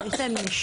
שיש להם לב,